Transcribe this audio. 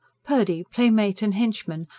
purdy, playmate and henchman,